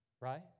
right